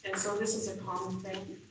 and so this is a common thing.